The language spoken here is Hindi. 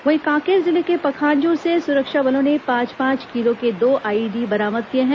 वहीं कांकेर जिले के पखांजूर से सुरक्षा बलों ने पांच पांच किलो के दो आईईडी बरामद किए हैं